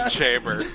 Chamber